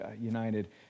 United